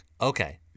Okay